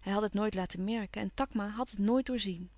hij had het nooit laten merken en takma had het nooit doorzien